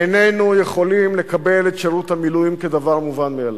איננו יכולים לקבל את שירות המילואים כדבר מובן מאליו.